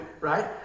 Right